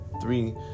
Three